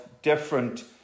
Different